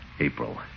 April